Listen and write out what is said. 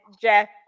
Jeff